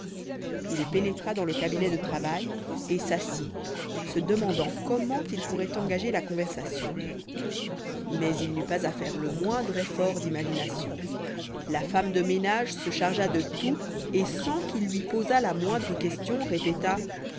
il pénétra dans le cabinet de travail et s'assit se demandant comment il pourrait engager la conversation mais il n'eut pas à faire le moindre effort d'imagination la femme de ménage se chargea de tout et sans qu'il lui posât la moindre question répéta